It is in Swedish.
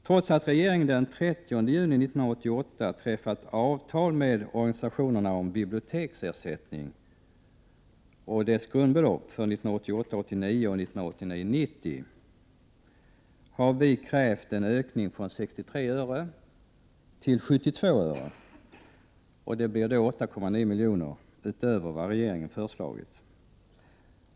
Trots att regeringen den 30 juni 1988 ingick ett avtal med organisationerna om biblioteksersättning och om grundbelopp för 1988 90, har vi krävt en ökning från 63 öre till 72 öre. Det blir alltså 8,9 milj.kr. utöver vad regeringen har föreslagit.